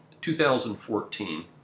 2014